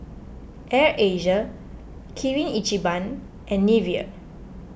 Air Asia Kirin Ichiban and Nivea